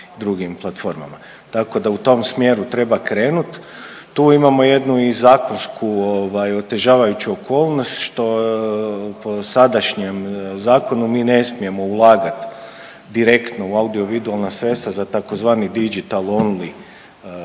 Tako da u tom smjeru treba krenuti. Tu imamo jednu i zakonsku otežavajuću okolnost što po sadašnjem zakonu mi ne smijemo ulagati direktno u audio vizualna sredstva za tzv. digital only nego